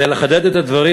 כדי לחדד את הדברים,